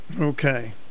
Okay